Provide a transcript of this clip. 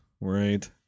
right